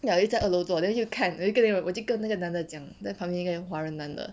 liao 又在二楼做 then 就看有一个人我就跟那个男的讲在旁边一个华人男的